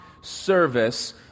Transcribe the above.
service